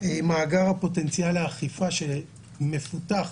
מאגר פוטנציאל האכיפה שמפותח